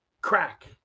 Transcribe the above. crack